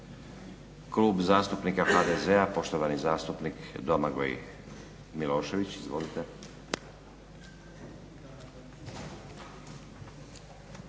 Klub zastupnika HDZ-a poštovani zastupnik Domagoj Milošević. Izvolite.